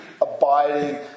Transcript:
abiding